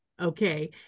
okay